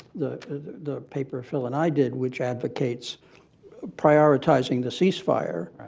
the the paper phil and i did, which advocates prioritizing the ceasefire,